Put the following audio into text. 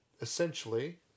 essentially